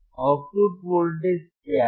output voltage क्या है